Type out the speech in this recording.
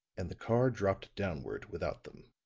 and the car dropped downward without them.